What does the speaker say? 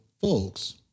folks